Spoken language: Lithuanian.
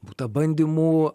būta bandymų